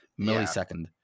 millisecond